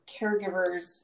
caregivers